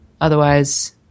Otherwise